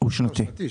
שנתי.